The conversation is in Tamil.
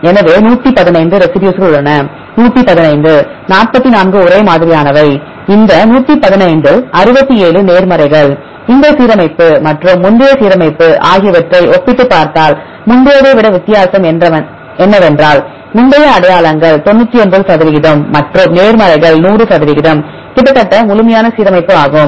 எனவே 115 ரெசிடியூஸ்கள் உள்ளன 115 44 ஒரே மாதிரியானவை இந்த 115 இல் 67 நேர்மறைகள் இந்த சீரமைப்பு மற்றும் முந்தைய சீரமைப்பு ஆகியவற்றை ஒப்பிட்டுப் பார்த்தால் முந்தையதை விட வித்தியாசம் என்னவென்றால் முந்தைய அடையாளங்கள் 99 சதவிகிதம் மற்றும் நேர்மறைகள் 100 சதவிகிதம் கிட்டத்தட்ட முழுமையான சீரமைப்பு ஆகும்